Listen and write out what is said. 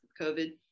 COVID